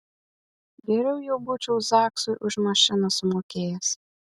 geriau jau būčiau zaksui už mašiną sumokėjęs